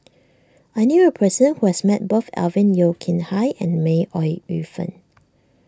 I knew a person who has met both Alvin Yeo Khirn Hai and May Ooi Yu Fen